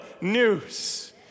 news